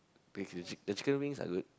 with with the chicken wings are good